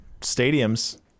stadiums